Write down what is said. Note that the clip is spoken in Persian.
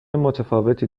متفاوتی